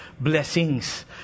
blessings